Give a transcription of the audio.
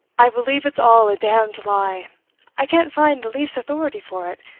i believe it's all a damned lie i can't find the least authority for it,